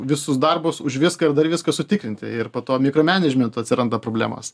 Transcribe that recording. visus darbus už viską ir dar viską sutikrinti ir po to mikromenidžmento atsiranda problemos